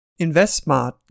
InvestSmart